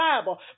Bible